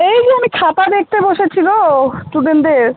এই যো আমি খাতা দেখতে বসেছি গো স্টুডেন্টদের